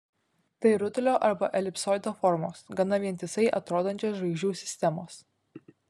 tai rutulio arba elipsoido formos gana vientisai atrodančios žvaigždžių sistemos